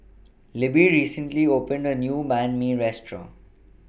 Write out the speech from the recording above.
Libbie recently opened A New Banh MI Restaurant